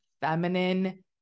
feminine